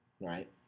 Right